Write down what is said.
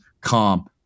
calm